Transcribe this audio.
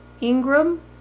Ingram